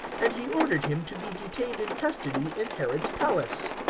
and he ordered him to be detained in custody in herod's palace.